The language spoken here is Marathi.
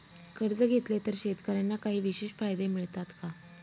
कर्ज घेतले तर शेतकऱ्यांना काही विशेष फायदे मिळतात का?